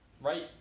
Right